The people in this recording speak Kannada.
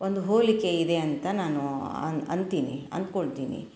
ಒಂದು ಹೋಲಿಕೆ ಇದೆ ಅಂತ ನಾನು ಅನ್ ಅಂತೀನಿ ಅಂದುಕೊಳ್ತೀನಿ